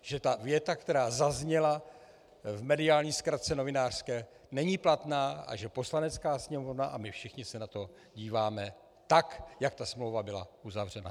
Že ta věta, která zazněla v mediální zkratce novinářské, není platná, a že Poslanecká sněmovna a my všichni se na to díváme tak, jak ta smlouva byla uzavřena.